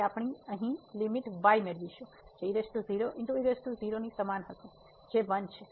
તેથી આપણે અહીં લીમીટ y મેળવીશું જે ની સમાન હશે જે 1 છે